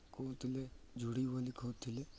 କହୁଥିଲେ ଝୁଡି ବୋଲି କହୁଥିଲେ